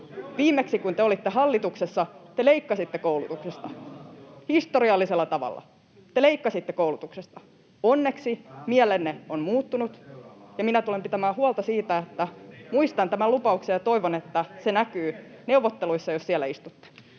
Viimeksi, kun te olitte hallituksessa, te leikkasitte koulutuksesta historiallisella tavalla. Te leikkasitte koulutuksesta. Onneksi mielenne on muuttunut, ja minä tulen pitämään huolta siitä, että muistan tämän lupauksen, ja toivon, että se näkyy neuvotteluissa, jos siellä istutte.